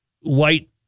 white